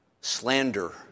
slander